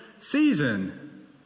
season